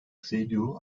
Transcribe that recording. seydiu